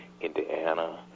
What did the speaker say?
Indiana